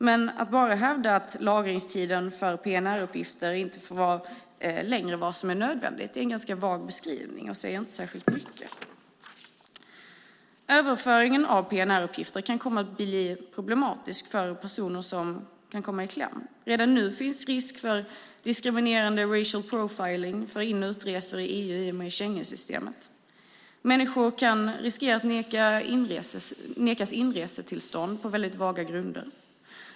Men att bara hävda att lagringstiden för PNR-uppgifterna inte får vara "längre än vad som är nödvändigt" är en ganska vag beskrivning som inte säger särskilt mycket. Överföringen av PNR-uppgifter kan komma att bli problematisk för personer som kommer i kläm. Redan nu finns det en risk för diskriminerande racial profiling vid in och utresor i EU i och med Schengensystemet. Människor kan riskera att nekas inresetillstånd på väldigt vaga grunder.